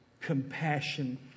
compassion